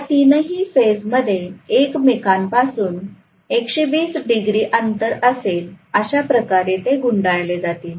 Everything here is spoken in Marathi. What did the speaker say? या तीन ही फेज मध्ये एकमेकांपासून 120 डिग्री अंतर असेल अशाप्रकारे ते गुंडाळले जातील